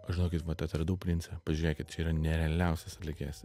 aš žinokit vat atradau princą pažiūrėkit čia yra nerealiausias atlikėjas